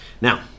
Now